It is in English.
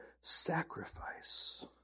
sacrifice